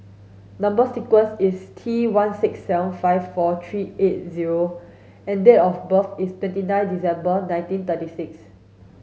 number sequence is T one six seven five four three eight zero and date of birth is twenty nine December nineteen thirty six